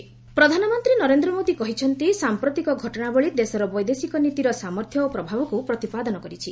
PM conclave ପ୍ରଧାନମନ୍ତ୍ରୀ ନରେନ୍ଦ୍ର ମୋଦି କହିଛନ୍ତି ସାଂପ୍ରତିକ ଘଟଣାବଳୀ ଦେଶର ବୈଦେଶିକ ନୀତିର ସାମର୍ଥ୍ୟ ଓ ପ୍ରଭାବକୁ ପ୍ରତିପାଦନ କରିଛି